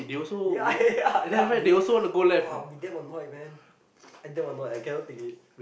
ya ya ya then I be damn annoyed man I damn annoyed I cannot take it